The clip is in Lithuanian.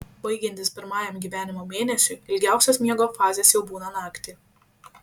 baigiantis pirmajam gyvenimo mėnesiui ilgiausios miego fazės jau būna naktį